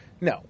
No